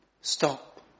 stop